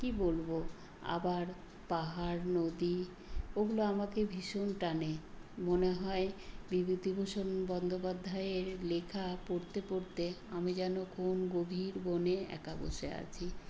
কী বলব আবার পাহাড় নদী ওগুলো আমাকে ভীষণ টানে মনে হয় বিভূতিভূষণ বন্দ্যোপাধ্যায়ের লেখা পড়তে পড়তে আমি যেন কোন গভীর বনে একা বসে আছি